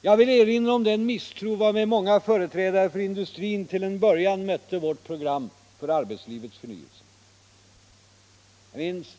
Jag vill erinra om den misstro varmed många företrädare för industrin till en början mötte vårt program för arbetslivets förnyelse.